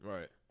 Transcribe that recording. Right